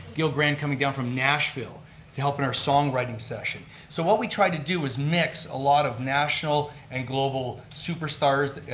gil grant coming down from nashville to help in our songwriting session. so what we tried to do is mix a lot of national and global superstars,